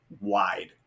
wide